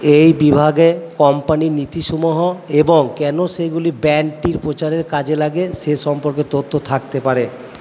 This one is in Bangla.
এই বিভাগে কোম্পানির নীতিসূমহ এবং কেন সেগুলি ব্র্যাণ্ডটির প্রচারের কাজে লাগে সে সম্পর্কে তথ্য থাকতে পারে